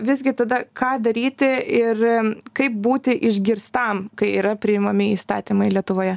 visgi tada ką daryti ir kaip būti išgirstam kai yra priimami įstatymai lietuvoje